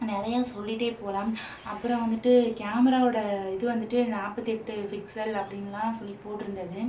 நிறைய சொல்லிகிட்டே போகலாம் அப்புறம் வந்துட்டு கேமராவோட இது வந்துட்டு நாற்பத்தி எட்டு பிக்சல் அப்படின்னுலாம் சொல்லி போட்டிருந்தது